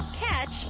catch